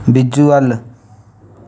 visual